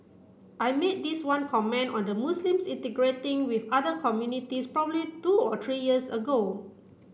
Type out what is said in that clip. I made this one comment on the Muslims integrating with other communities probably two or three years ago